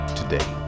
today